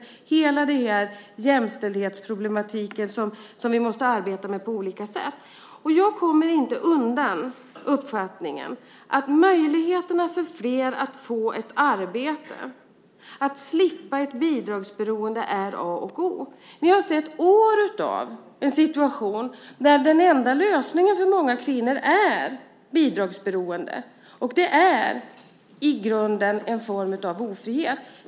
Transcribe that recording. Det handlar om hela jämställdhetsproblematiken, som vi måste arbeta med på olika sätt. Jag kommer inte undan uppfattningen att möjligheterna för fler att få ett arbete och att slippa ett bidragsberoende är A och O. Vi har haft år med en situation där den enda lösningen för många kvinnor har varit bidragsberoende. Det är i grunden en form av ofrihet.